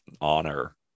honor